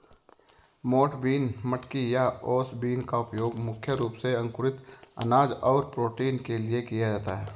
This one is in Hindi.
मोठ बीन, मटकी या ओस बीन का उपयोग मुख्य रूप से अंकुरित अनाज और प्रोटीन के लिए किया जाता है